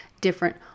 different